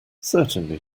certainly